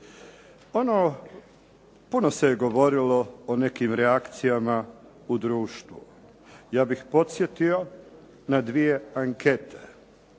uniju. Puno se govorilo o nekim reakcijama u društvu. Ja bih podsjetio na dvije ankete.